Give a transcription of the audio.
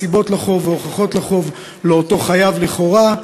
הסיבות לחוב והוכחות לחוב לאותו חייב לכאורה.